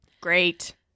Great